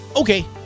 Okay